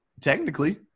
Technically